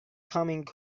coming